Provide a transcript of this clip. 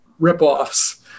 ripoffs